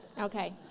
Okay